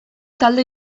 talde